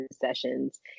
sessions